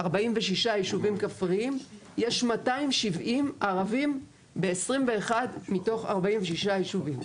46 ישובים כפריים יש 270 ערבים ב-21 מתוך 46 ישובים.